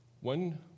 One